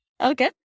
Okay